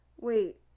Wait